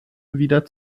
wieder